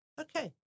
okay